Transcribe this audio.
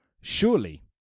Surely